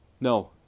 No